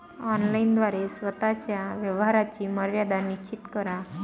online द्वारे स्वतः च्या व्यवहाराची मर्यादा निश्चित करा